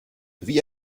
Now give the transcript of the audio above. wie